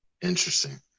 Interesting